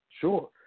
Sure